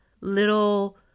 little